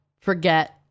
forget